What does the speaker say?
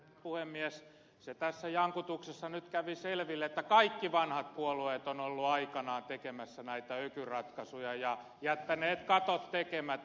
se tässä jankutuksessa nyt kävi selville että kaikki vanhat puolueet ovat olleet aikanaan tekemässä näitä ökyratkaisuja ja jättäneet katot tekemättä